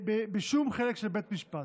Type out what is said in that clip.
בשום חלק של בית המשפט.